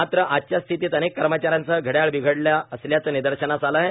मात्र आजच्या स्थितीत अनेक कर्मचा यांच्या घड्याळ बिघडल्या असल्याचे निदर्शनास आले आहे